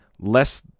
less